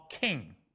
king